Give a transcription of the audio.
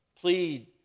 Plead